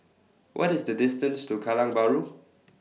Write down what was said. What IS The distance to Kallang Bahru